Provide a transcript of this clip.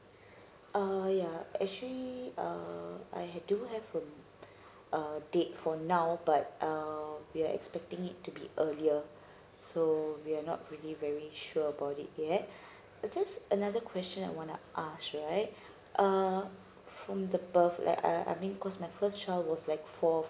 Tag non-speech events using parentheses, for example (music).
uh yeah actually uh I do have uh uh date for now but uh we're expecting it to be earlier so we're not really very sure about it yet (breath) it's just another question I wanna ask right uh from the birth like uh I mean cause my first child was like four